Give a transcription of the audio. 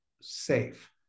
safe